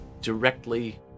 directly